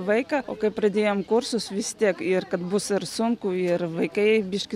vaiką o kai pradėjom kursus vis tiek ir kad bus ir sunku ir vaikai biškį